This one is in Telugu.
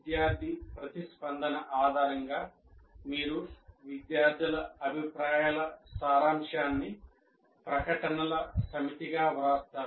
విద్యార్థి ప్రతిస్పందన ఆధారంగా మీరు విద్యార్థుల అభిప్రాయాల సారాంశాన్ని ప్రకటనల సమితిగా వ్రాస్తారు